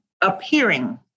appearing